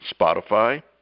Spotify